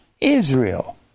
Israel